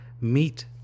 Meet